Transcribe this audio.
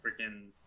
freaking